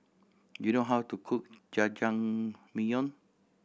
do you know how to cook Jajangmyeon